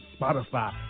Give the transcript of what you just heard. Spotify